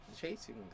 chasing